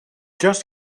just